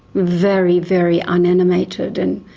very, very unanimated and,